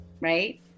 right